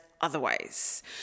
otherwise